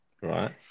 right